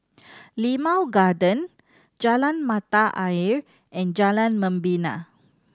Limau Garden Jalan Mata Ayer and Jalan Membina